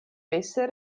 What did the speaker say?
besser